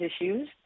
issues